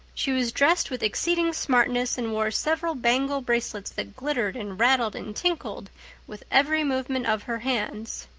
she was dressed with exceeding smartness and wore several bangle bracelets that glittered and rattled and tinkled with every movement of her hands.